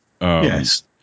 yes